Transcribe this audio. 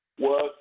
work